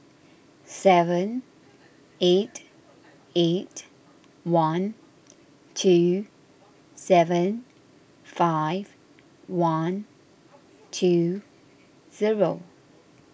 seven eight eight one two seven five one two zero